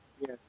Yes